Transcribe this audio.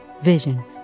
vision